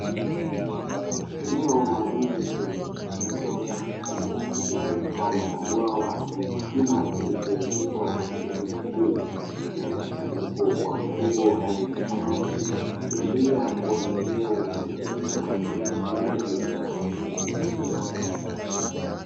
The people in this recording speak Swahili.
Eneo maalumu lililotengenezwa kwa ustadi niliyo mfano kinachowezekwa kwa kutumia huu mkusanyiko wa mifugo aina ya samaki ikiashiliwa kuwa ni eneo linalotumika kwa ajili ya ufugaji wa samaki.